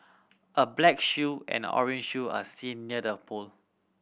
a black shoe and orange shoe are seen near the pole